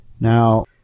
Now